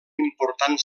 important